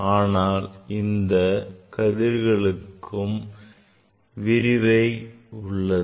ஆனால் இந்தக் கதிர்களுக்கும் விரிகை உள்ளது